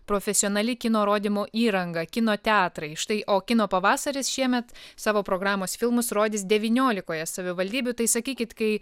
profesionali kino rodymo įranga kino teatrai štai o kino pavasaris šiemet savo programos filmus rodys devyniolikoje savivaldybių tai sakykit kai